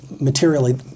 materially